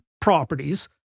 properties